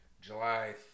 July